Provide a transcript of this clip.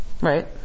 right